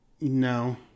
no